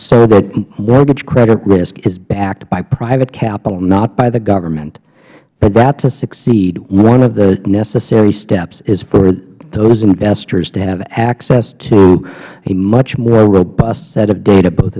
so that mortgage credit risk is backed by private capital not by the government for that to succeed one of the necessary steps is for those investors to have access to a much more robust set of data both